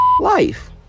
life